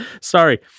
Sorry